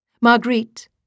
Marguerite